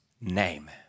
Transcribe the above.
name